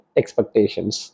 expectations